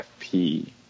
FP